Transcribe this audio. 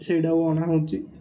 ସେଇଟାକୁ ଅଣାହେଉଛି